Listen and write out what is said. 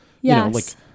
yes